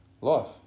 Life